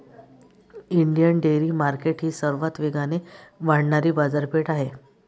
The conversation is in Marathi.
इंडियन डेअरी मार्केट ही सर्वात वेगाने वाढणारी बाजारपेठ आहे